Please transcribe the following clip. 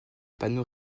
panneau